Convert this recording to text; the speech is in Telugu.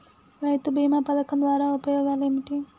రైతు బీమా పథకం ద్వారా ఉపయోగాలు ఏమిటి?